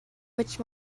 which